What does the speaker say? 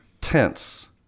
Tense